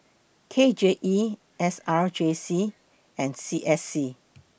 K J E S R J C and C S C